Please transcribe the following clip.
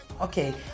okay